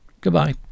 Goodbye